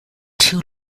two